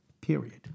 Period